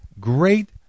great